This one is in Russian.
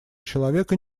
человека